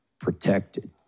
protected